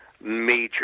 major